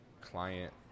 client